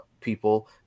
people